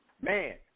Man